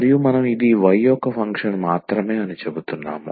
మరియు మనం ఇది y యొక్క ఫంక్షన్ మాత్రమే అని చెపుతున్నాం